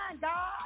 God